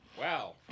Wow